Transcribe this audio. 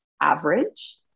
average